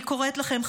אני קוראת לכם,